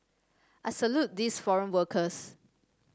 I salute these foreign workers